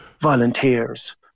volunteers